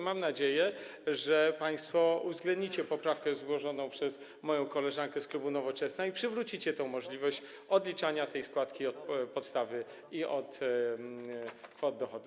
Mam nadzieję, że państwo uwzględnicie poprawkę zgłoszoną przez moją koleżankę z klubu Nowoczesna i przywrócicie możliwość odliczania tej składki od podstawy i od kwot dochodu.